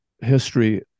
history